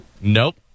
Nope